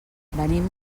venim